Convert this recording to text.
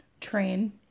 train